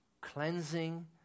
cleansing